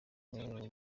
bamwe